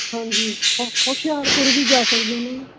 ਹਾਂਜੀ ਹੋ ਹੁਸ਼ਿਆਰਪੁਰ ਵੀ ਜਾ ਸਕਦੇ ਨਾ ਜੀ